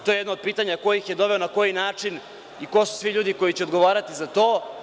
To je jedno od pitanja, ko ih je doveo, na koji način i ko su svi ljudi koji će odgovarati za to?